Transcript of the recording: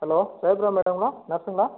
hello மேடங்களா நர்ஸுங்களா